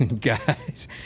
Guys